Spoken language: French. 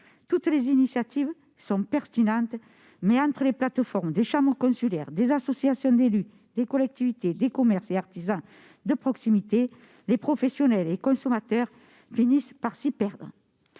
Toutes les initiatives sont pertinentes, mais entre les plateformes des chambres consulaires, des associations d'élus, des collectivités, des commerces et des artisans de proximité, les professionnels et les consommateurs finissent par s'y perdre.